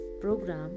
program